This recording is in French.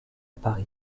paris